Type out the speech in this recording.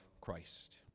Christ